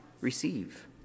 receive